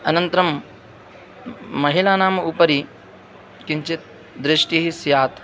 अनन्तरं महिलानाम् उपरि किञ्चिद् दृष्टिः स्यात्